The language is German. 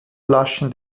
flaschen